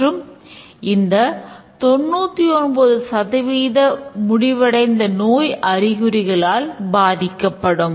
மற்றும் இந்த 99 சதவீதம் முடிவடைந்த நோய் அறிகுறிகளால் பாதிக்கப்படும்